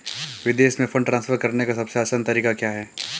विदेश में fund transfer करने का सबसे आसान तरीका क्या है?